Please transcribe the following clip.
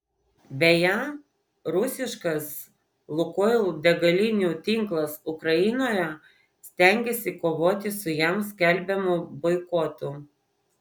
beje rusiškas lukoil degalinių tinklas ukrainoje stengiasi kovoti su jam skelbiamu boikotu